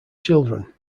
children